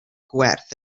gwerth